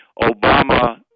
Obama